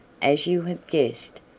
as you have guessed,